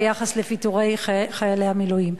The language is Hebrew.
ביחס לפיטורי חיילי המילואים?